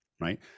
right